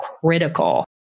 critical